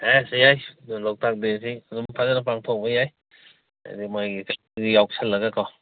ꯑꯁ ꯌꯥꯏ ꯂꯣꯛꯇꯥꯛ ꯗꯦꯁꯤ ꯑꯗꯨꯝ ꯐꯖꯅ ꯄꯥꯡꯊꯣꯛꯎꯕ ꯌꯥꯏ ꯑꯗꯒꯤ ꯃꯣꯏꯒꯤ ꯌꯥꯎꯁꯤꯜꯂꯒꯀꯣ